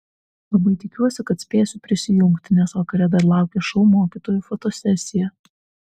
labai tikiuosi kad spėsiu prisijungti nes vakare dar laukia šou mokytojų fotosesija